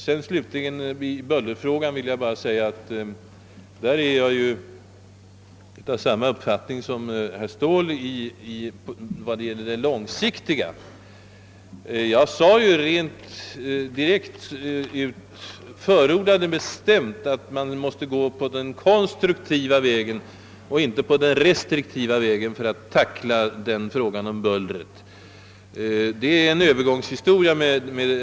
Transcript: Vad slutligen angår bullerfrågan har jag ju samma uppfattning som herr Ståhl i vad gäller de långsiktiga åtgärderna. Jag har sålunda i mitt första anförande bestämt förordat att gå den konstruktiva vägen, inte den restriktiva, för att komma till rätta med bullerfrågan på längre sikt.